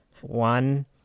one